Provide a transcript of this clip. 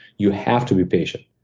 you have to be patient.